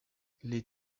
les